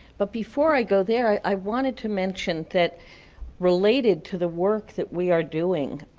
but before i go there, i wanted to mention that related to the work that we are doing,